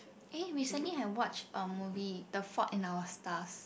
eh recently I watched a movie the Fault-in-Our-Stars